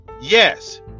Yes